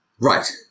Right